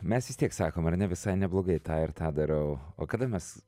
mes vis tiek sakom ar ne visai neblogai tą ir tą darau o kada mes